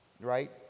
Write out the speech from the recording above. right